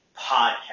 podcast